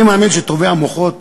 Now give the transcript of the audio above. אני מאמין שטובי המוחות